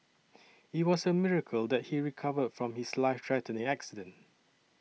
it was a miracle that he recovered from his life threatening accident